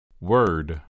Word